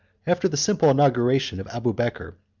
after the simple inauguration of abubeker,